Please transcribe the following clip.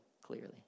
clearly